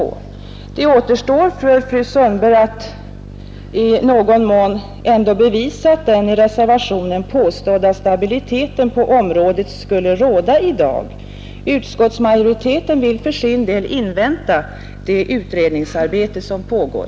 Det återstår för fru Sundberg att i någon mån bevisa att den i reservationen påstådda stabiliteten på området skulle råda i dag. Utskottsmajoriteten vill för sin del invänta det utredningsarbete som pågår.